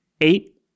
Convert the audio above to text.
Eight